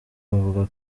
bavuga